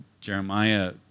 Jeremiah